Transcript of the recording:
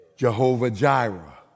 Jehovah-Jireh